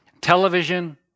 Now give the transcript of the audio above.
television